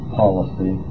policy